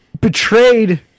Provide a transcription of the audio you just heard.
betrayed